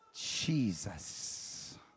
Jesus